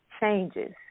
changes